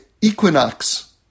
Equinox